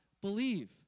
believe